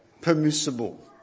permissible